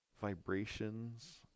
vibrations